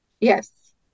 yes